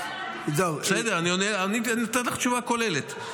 בסדר, אני נותן לך תשובה כוללת.